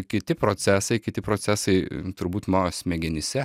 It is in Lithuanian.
kiti procesai kiti procesai turbūt mano smegenyse